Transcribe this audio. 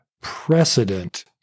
precedent